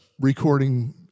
recording